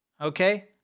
okay